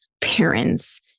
parents